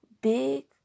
big